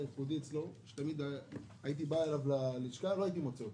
ייחודי אצלו הוא שתמיד כשהייתי בא אליו ללשכה לא הייתי מוצא אותו.